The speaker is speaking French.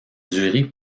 durée